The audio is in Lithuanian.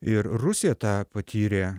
ir rusija tą patyrė